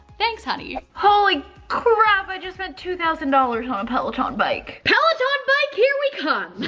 thanks honey. holy crap, i just spent two thousand dollars on a peloton bike. peloton bike, here we come.